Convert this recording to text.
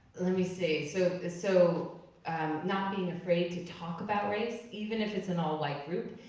let me see, so so, not being afraid to talk about race, even if it's an all-white group.